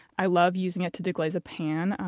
i love using it to deglaze a pan,